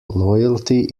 loyalty